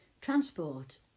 Transport